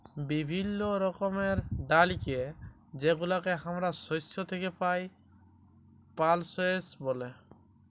বিভিল্য রকমের ডালকে যেগুলা হামরা শস্য থেক্যে পাই, পালসেস ব্যলে